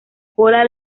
cola